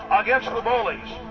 against the bullies.